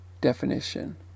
definition